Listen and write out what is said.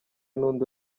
n’undi